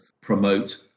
promote